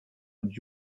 und